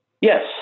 Yes